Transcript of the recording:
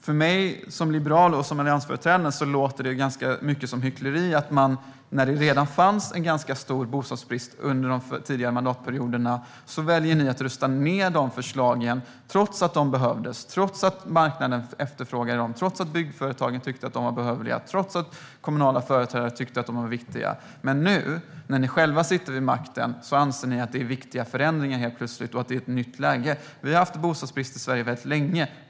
För mig som liberal och alliansföreträdare låter det ganska mycket som hyckleri att när det redan fanns en ganska stor bostadsbrist under de tidigare mandatperioderna valde ni att rösta ned de förslagen trots att de behövdes, att marknaden efterfrågade dem, att byggföretagen tyckte att de var behövliga och att kommunala företrädare tyckte att de var viktiga. Nu när ni själva sitter vid makten anser ni helt plötsligt att det är viktiga förändringar och att det är ett nytt läge. Vi har haft bostadsbrist i Sverige väldigt länge.